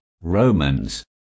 Romans